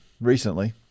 recently